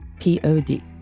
P-O-D